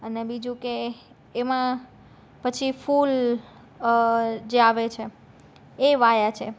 અને બીજું કે એમાં પછી ફૂલ જે આવે છે એ વાયા છે